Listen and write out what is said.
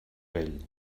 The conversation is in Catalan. vell